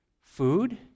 Food